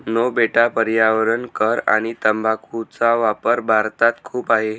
no बेटा पर्यावरण कर आणि तंबाखूचा वापर भारतात खूप आहे